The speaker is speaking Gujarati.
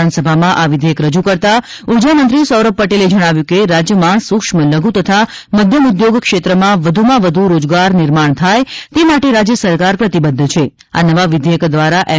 વિધાનસભામાં આ વિધેયક રજુ કરતા ઉર્જા મંત્રી સૌરભપટેલે જણાવ્યું કે રાજ્યમાં સુક્ષ્મ લધુ તથા મધ્યમ ઉદ્યોગ ક્ષેત્રમાં વધુમાં વધુ રોજગાર નિર્માણ થાય તે માટે રાજ્યસરકાર પ્રતિબધ્ધ છે આ નવા વિઘેયક દ્વારા એમ